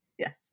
Yes